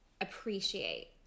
appreciate